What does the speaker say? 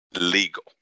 legal